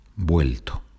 Vuelto